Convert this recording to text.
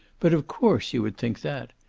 but of course you would think that.